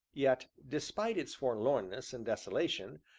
yet, despite its forlornness and desolation,